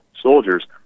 soldiers